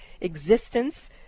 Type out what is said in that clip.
existence